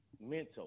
mental